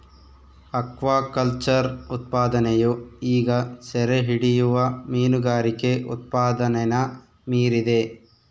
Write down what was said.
aquaculture ಉತ್ಪಾದನೆಯು ಈಗ ಸೆರೆಹಿಡಿಯುವ ಮೀನುಗಾರಿಕೆ ಉತ್ಪಾದನೆನ ಮೀರಿದೆ